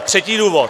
Třetí důvod.